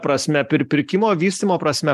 prasme pir pirkimo vystymo prasme